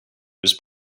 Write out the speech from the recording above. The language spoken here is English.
was